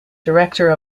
director